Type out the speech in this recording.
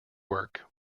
work